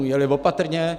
Jeli opatrně.